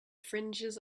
fringes